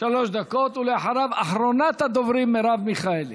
שלוש דקות, ואחריו, אחרונת הדוברים, מרב מיכאלי.